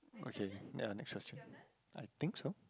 okay yeah next question I think so